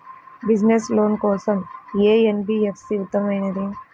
Business loan కోసం ఏ NBFC ఉత్తమమైనది?